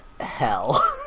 Hell